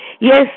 Yes